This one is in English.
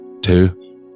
two